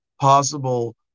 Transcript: possible